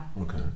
Okay